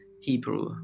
Hebrew